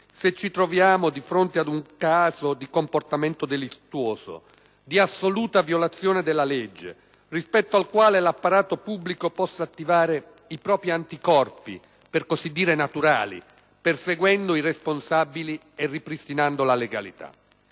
se ci troviamo di fronte a un caso di comportamento delittuoso, di assoluta violazione della legge, rispetto al quale l'apparato pubblico possa attivare i propri anticorpi, per così dire "naturali", perseguendo i responsabili e ripristinando la legalità.